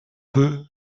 peu